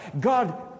God